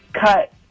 cut